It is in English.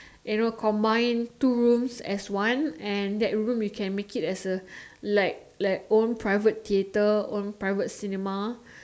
you know combine two rooms as one and that room you can make it as a like like own private theatre own private cinema